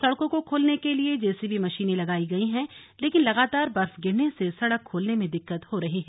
सड़कों को खोलने के लिए जेसीबी मशीनें लगाईं गईं हैं लेकिन लगातार बर्फ गिरने से सड़क खोलने में दिक्कत हो रही है